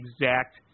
exact